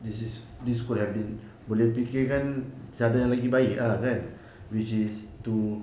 this is this could have been boleh fikirkan cara yang lebih baik lah kan which is to